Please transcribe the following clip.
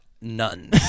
none